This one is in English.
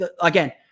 again